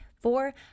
Four